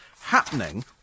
happening